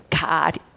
God